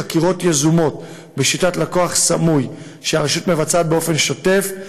חקירות יזומות בשיטת לקוח סמוי שהרשות מבצעת באופן שוטף.